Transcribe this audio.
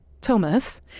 Thomas